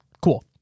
Cool